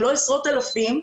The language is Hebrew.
אם לא עשרות אלפים,